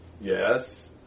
Yes